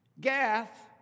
Gath